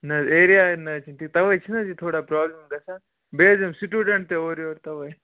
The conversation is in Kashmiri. نہ حظ ایرِیا نہ حظ تَوَے چھِنہٕ حظ یہِ تھوڑا پرٛابلِم گژھان بیٚیہِ حظ یِن سٕٹوٗڈَنٛٹ تہِ اورٕ یور تَوَے